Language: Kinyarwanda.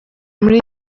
muri